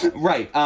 right.